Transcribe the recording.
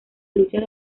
lucha